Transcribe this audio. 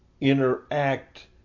interact